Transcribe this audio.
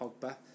Pogba